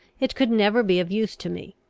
it could never be of use to me.